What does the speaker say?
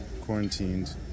quarantined